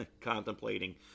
contemplating